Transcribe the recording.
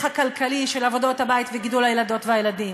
הכלכלי של עבודות הבית וגידול הילדות והילדים.